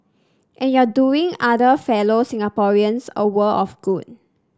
and you're doing other fellow Singaporeans a world of good